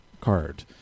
card